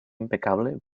impecable